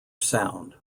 sound